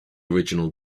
original